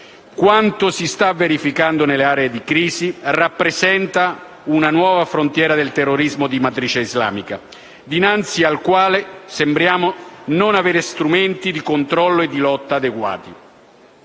Quanto si sta verificando nelle aree di crisi rappresenta una nuova frontiera del terrorismo di matrice islamica, dinanzi al quale sembriamo non avere strumenti di controllo e di lotta adeguati